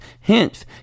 Hence